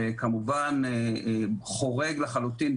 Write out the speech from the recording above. שכמובן חורג לחלוטין,